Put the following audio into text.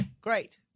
great